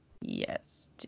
Yes